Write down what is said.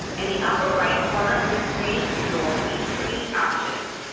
in the upper right corner of the screen, you will see three options,